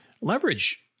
leverage